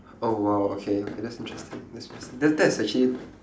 oh !wow! okay okay that's interesting that's interesting tha~ that is actually